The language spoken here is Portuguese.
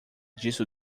disse